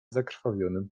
zakrwawionym